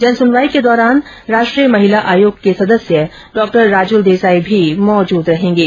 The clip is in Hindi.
जनसुनवाई के दौरान राष्ट्रीय महिला आयोग के सदस्य डॉ राजुल देसाई भी मौजूद रहेगें